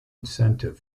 incentive